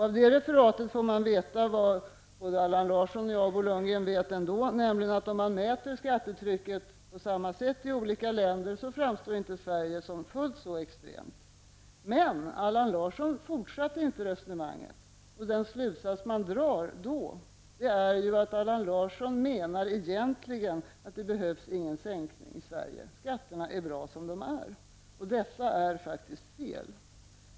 Av det referatet får man veta vad Allan Larsson, Bo Lundgren och jag vet ändå, nämligen att om man mäter skattetrycket på samma sätt i olika länder framstår inte Sverige som fullt så extremt. Men Allan Larsson fortsatte inte resonemanget. Den slutsats man drar är ju att Allan Larsson menar egentligen att det inte behövs någon sänkning i Sverige. Skatterna är bra som de är. Detta är faktiskt fel.